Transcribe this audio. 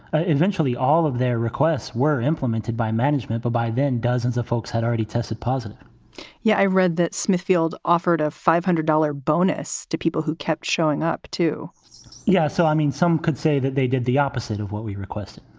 ah eventually, all of their requests were implemented by management, but by then, dozens of folks had already tested positive yeah, i read that smithfield offered a five hundred dollar bonus to people who kept showing up to yeah. so i mean, some could say that they did the opposite of what we requested.